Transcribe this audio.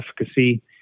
efficacy